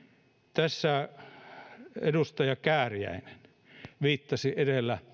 tässä edustaja kääriäinen viittasi edellä